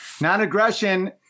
non-aggression